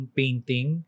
painting